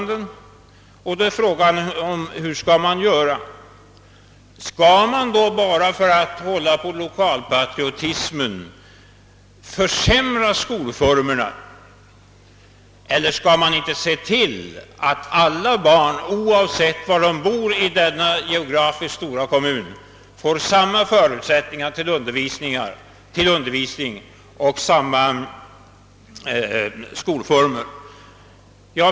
Då är frågan: Skall man bara för att tillmötesgå lokalpatriotismen försämra skolformerna? Eller skall man se till att alla barn, oavsett var de bor i denna stora kommun, får tillgång till samma slags undervisning och samma skolform?